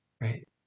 right